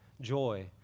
joy